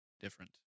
different